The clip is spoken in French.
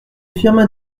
firmin